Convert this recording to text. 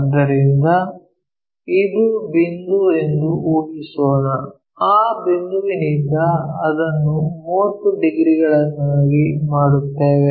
ಆದ್ದರಿಂದ ಇದು ಬಿಂದು ಎಂದು ಊಹಿಸೋಣ ಆ ಬಿಂದುವಿನಿಂದ ಅದನ್ನು 30 ಡಿಗ್ರಿಗಳನ್ನಾಗಿ ಮಾಡುತ್ತೇವೆ